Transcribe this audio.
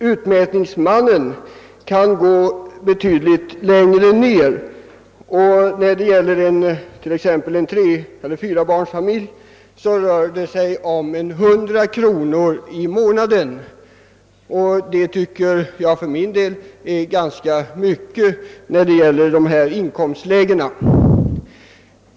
Utmätningsmannen kan emellertid gå betydligt längre ned; för en treeller fyrabarnsfamilj rör det sig om cirka 100 kronor i månaden. Det tycker jag är ganska mycket för en familj i de inkomstlägen det här gäller.